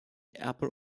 apple